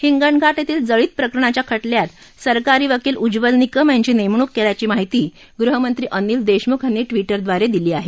हिगणघाट येथील जळीत प्रकरणाच्या खटल्यात सरकारी वकील उज्वल निकम यांची नेमणूक केल्याची माहिती गृहमंत्री अनिल देशमुख यांनी ट्विटर द्वारे दिली आहे